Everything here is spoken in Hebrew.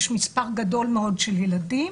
יש מספר גדול מאוד של ילדים